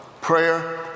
prayer